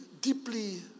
deeply